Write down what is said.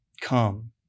Come